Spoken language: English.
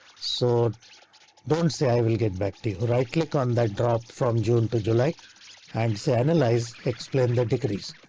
so don't say i will get back to you. right click on that, drop from june to july and say analyze. explain the degrees.